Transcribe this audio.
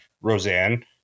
Roseanne